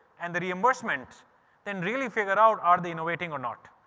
and the reimbursement then really figure out are they innovating or not.